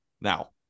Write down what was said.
Now